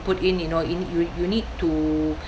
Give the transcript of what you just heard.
put in you know in you you need to